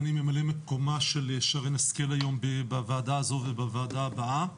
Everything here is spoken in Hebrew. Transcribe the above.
אני ממלא מקומה של שרן השכל היום בוועדה הזו ובוועדה הבאה.